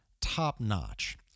top-notch